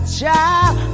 child